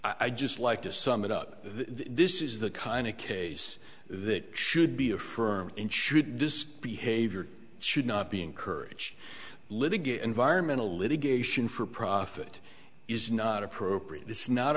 i just like to sum it up this is the kind of case that should be affirmed and should this behavior should not be encouraged litigate environmental litigation for profit is not appropriate it's not